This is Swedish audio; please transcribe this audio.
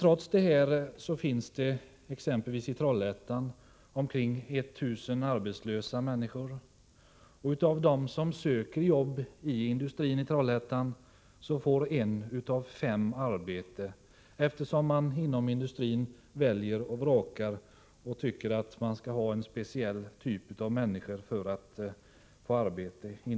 Trots detta finns det i Trollhättan omkring 1 000 arbetslösa människor, och av dem som söker jobb i industrin i Trollhättan får en av fem arbete, eftersom industrin väljer och vrakar och tycker att man skall tillhöra en speciell typ av människor för att få arbete.